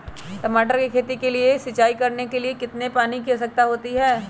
टमाटर की खेती के लिए सिंचाई करने के लिए कितने पानी की आवश्यकता होती है?